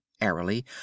airily